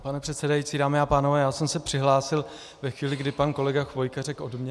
Pane předsedající, dámy a pánové, já jsem se přihlásil ve chvíli, kdy pan kolega Chvojka řekl odměna.